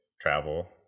travel